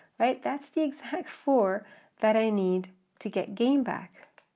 right? that's the exact four that i need to get game back,